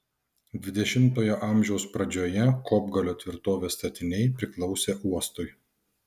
dvidešimtojo amžiaus pradžioje kopgalio tvirtovės statiniai priklausė uostui